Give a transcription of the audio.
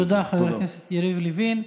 תודה, חבר הכנסת יריב לוין.